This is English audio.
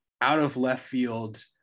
out-of-left-field